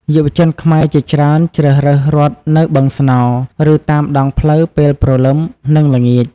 យុវជនខ្មែរជាច្រើនជ្រើសរើសរត់នៅបឹងស្នោរ ឬតាមដងផ្លូវពេលព្រលឹម និងល្ងាច។